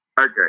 Okay